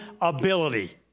ability